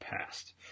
past